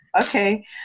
Okay